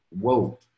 whoa